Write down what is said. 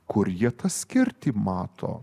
kur jie tą skirtį mato